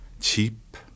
cheap